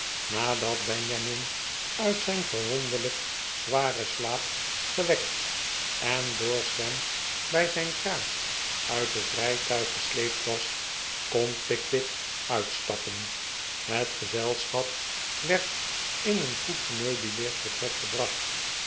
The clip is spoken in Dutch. nadat benjamin uit zijn verwonderlijk zwaren slaap gewekt en door sam bij zijn kraag uit het rijtuig gesleept was kon pickwick uitstappen het gezelschap werd in een goed gemeubileerd vertrek gebracht